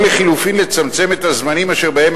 או לחלופין לצמצם את הזמנים אשר בהם